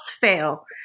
fail